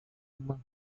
uma